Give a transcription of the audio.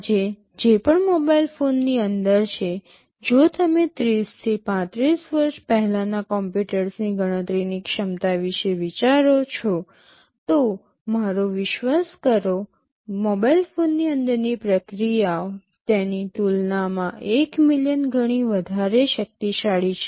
આજે જે પણ મોબાઇલ ફોનની અંદર છે જો તમે ૩૦ થી ૩૫ વર્ષ પહેલાના કમ્પ્યુટર્સની ગણતરીની ક્ષમતા વિશે વિચારો છો તો મારો વિશ્વાસ કરો મોબાઇલ ફોનની અંદરની પ્રક્રિયાઓ તેની તુલનામાં ૧ મિલિયન ગણી વધારે શક્તિશાળી છે